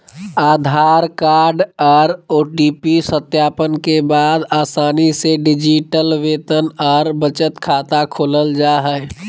आधार card आर OTP सत्यापन के बाद आसानी से डिजिटल वेतन आर बचत खाता खोलल जा हय